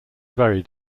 very